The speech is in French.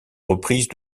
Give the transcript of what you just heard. reprise